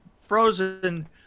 frozen